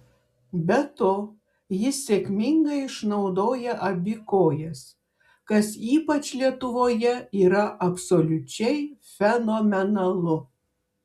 be to jis sėkmingai išnaudoja abi kojas kas ypač lietuvoje yra absoliučiai fenomenalu